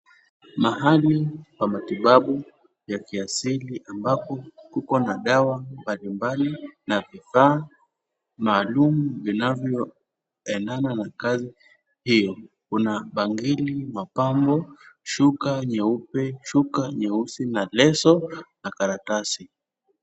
Mahali pa matibabu ya kiasili ambapo kuko na dawa mbalimbali na vifaa maalum vinavyoendana na kazi hiyo. Kuna bangili, mapambo, shuka nyeupe, shuka nyeusi na leso na karatasi.